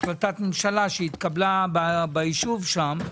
החלטת ממשלה שהתקבלה ביישוב שם.